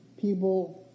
People